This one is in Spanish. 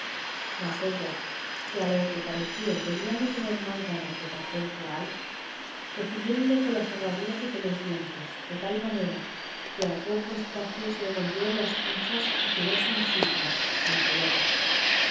mas ellas que a lo que pareció debían de tener más gana de pacer que de ál recibiéronle con las herraduras y con los dientes de tal manera que a poco espacio se le rompieron las cinchas y quedó sin silla en pelota